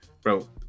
Bro